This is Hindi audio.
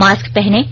मास्क पहनें